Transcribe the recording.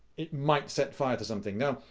it might set fire to something. now,